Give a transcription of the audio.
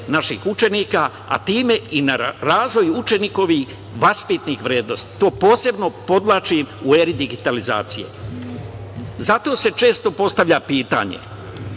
naših učenika, a time i na razvoj učenikovih vaspitnih vrednosti. To posebno podvlačim u eri digitalizacije. Zato se često postavlja pitanje